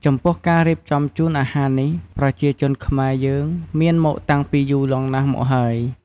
ចំពោះការរៀបចំជូនអាហារនេះប្រជាជនខ្មែរយើងមានមកតាំងពីយូរលង់ណាស់មកហើយ។